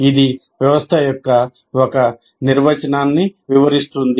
ఇది వ్యవస్థ యొక్క ఒక నిర్వచనాన్ని వివరిస్తుంది